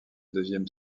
deuxième